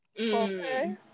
Okay